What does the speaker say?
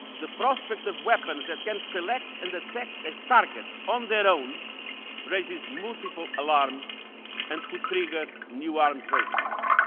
the prospect of weapons that can select and attack a target on their own raises multiple alarms and could trigger new arms races.